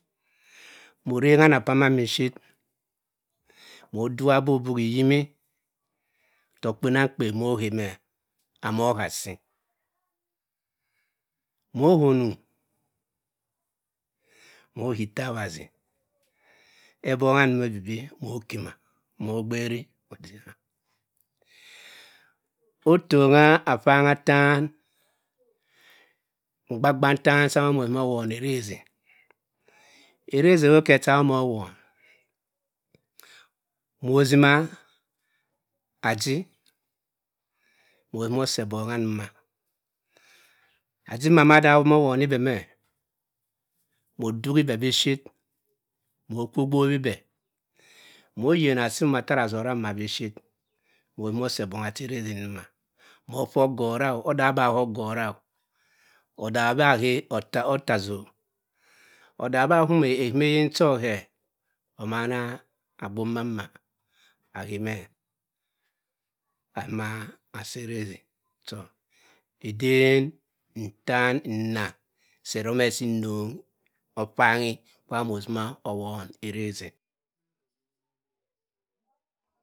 Morengha ana p'amamn biship. moduk abuhi buhi iyip. dok pok penamkpen mo hemeh moh hassi mokho onung, mohe itabhasi. Ebonghe ndoma ebibi mokima mog beri otena. Otongha abhanghi atan, mgba mgba ntan sah mono sima owon erezi erezi ewop khe cha mono won mosima ajii mosima osi etongha ndoma ajii momo mboma mada woni beh meh, moh dughi beh bishit. mokwo gbobhi beh, moh yena asi mbo tara atora mbo bishit mozima osi ebongha ndo cha erezi ndoma. Mo bha ogora, odaho bah khe ogora o, odagho bah aghe otazi o. odaho bah ahum eyip ahuma eyip cho agbe tara agbomma mma. aghe meh azima asi erezi cho nden ntan. nna seh domeh si nnong obhanghi kwa mozima owon erezi e.